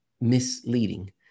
misleading